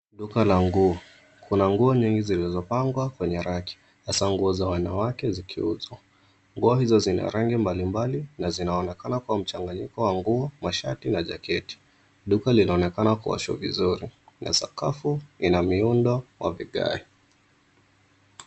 Duka la nguo. Kuna nguo nyingi zilizopangwa kwenye raki hasa nguo za wanawake zikiuzwa. Nguo hizo zina rangi mbalimbali na zinaonekana kwa mchanganyiko wa nguo, mashati na jaketi. Duka linaonekana kuwashwa vizuri na sakafu ina miundo wa vigae.